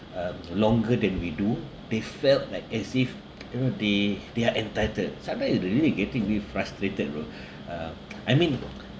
um longer than we do they felt like as if you know they they are entitled sometimes you really will getting real frustrated bro uh I mean